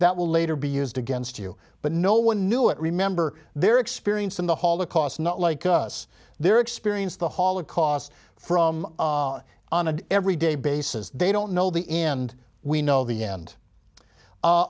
that will later be used against you but no one knew it remember their experience in the holocaust not like us their experience the holocaust from on an everyday basis they don't know the end we know the end